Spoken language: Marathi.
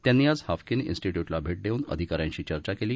त्यांनी आज हाफकिन उस्टीट्युटला भेट देऊन अधिकाऱ्यांशी चर्चा केली